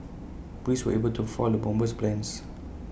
Police were able to foil the bomber's plans